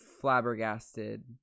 flabbergasted